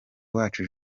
uwacu